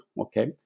Okay